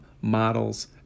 models